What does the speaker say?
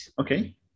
Okay